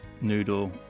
noodle